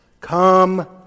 come